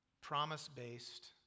promise-based